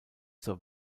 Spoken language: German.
zur